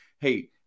hey